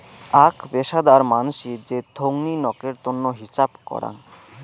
আক পেশাদার মানসি যে থোঙনি নকের তন্ন হিছাব করাং